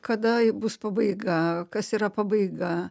kada bus pabaiga kas yra pabaiga